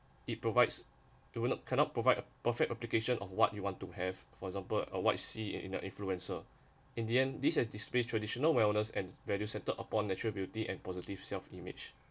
it provides you will not cannot provide a perfect application of what you want to have for example a white sea in an influencer in the end this has displays traditional wellness and value settled upon natural beauty and positive self image